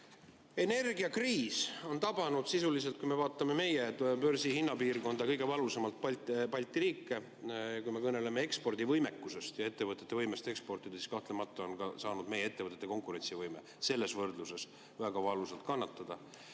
Energiakriis on tabanud, kui me vaatame meie börsihinnapiirkonda, kõige valusamalt Balti riike. Kui me kõneleme ekspordivõimest ja ettevõtete võimest eksportida, siis kahtlemata on saanud meie ettevõtete konkurentsivõime selles võrdluses väga valusalt kannatada.